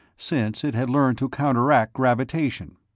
since it had learned to counteract gravitation.